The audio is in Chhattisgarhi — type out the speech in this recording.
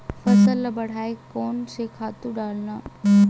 फसल ल बढ़ाय कोन से खातु डालन?